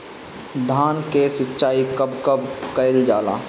धान के सिचाई कब कब कएल जाला?